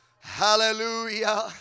Hallelujah